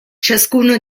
ciascuno